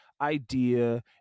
idea